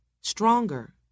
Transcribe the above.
stronger